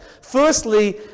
Firstly